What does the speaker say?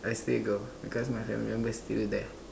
I still go because my family members still the best